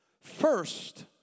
first